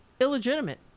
illegitimate